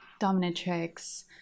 dominatrix